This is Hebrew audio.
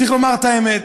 צריך לומר את האמת: